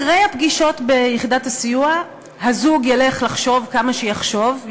אחרי הפגישות ביחידת הסיוע הזוג ילך לחשוב כמה שיחשוב,